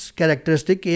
characteristic